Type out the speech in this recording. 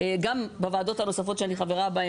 גם בוועדות הנוספות שאני חברה בהן,